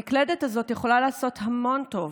המקלדת הזאת יכולה לעשות המון טוב,